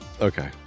Okay